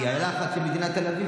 כי הייתה לך את מדינת תל אביב,